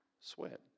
sweat